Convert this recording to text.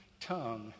tongue